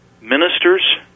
ministers